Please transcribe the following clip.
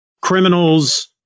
criminals